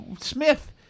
Smith